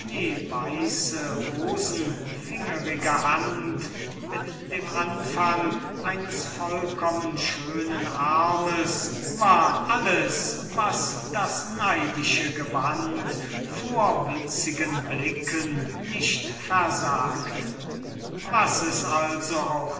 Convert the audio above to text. schneeweiße hand mit dem anfang eines vollkommen schönen arms war alles was das neidische gewand den vorwitzigen blicken nicht versagte was es also auch